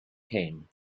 came